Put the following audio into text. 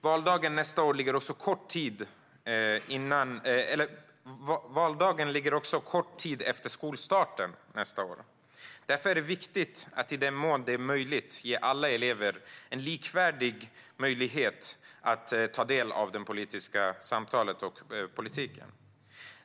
Valdagen nästa år ligger dessutom en kort tid efter skolstarten. Därför är det viktigt att i den mån det är möjligt ge alla elever likvärdig möjlighet att ta del av det politiska samtalet och av politiken.